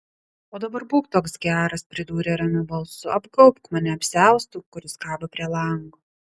o dabar būk toks geras pridūrė ramiu balsu apgaubk mane apsiaustu kuris kabo prie lango